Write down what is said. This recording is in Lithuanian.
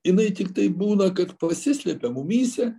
jinai tiktai būna kad pasislepia mumyse